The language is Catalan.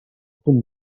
punt